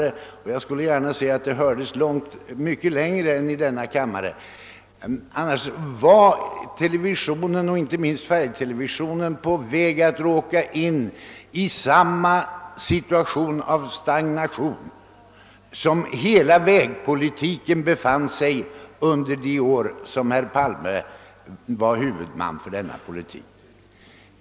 Te levisionen och inte minst färgtelevisionen var på väg att råka in i samma situation av stagnation som hela vägpolitiken befann sig i under de år som herr Palme var dess huvudman.